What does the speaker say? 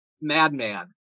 madman